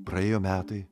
praėjo metai